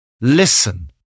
Listen